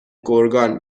گرگان